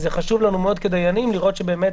זה חשוב לנו מאוד כדיינים לראות שבאמת